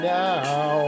now